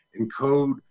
encode